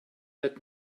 let